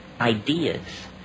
ideas